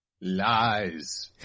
Lies